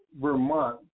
Vermont